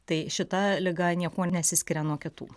tai šita liga niekuo nesiskiria nuo kitų